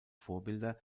vorbilder